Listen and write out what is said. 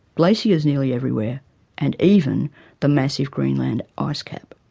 glaciers nearly everywhere and even the massive greenland ah icecap.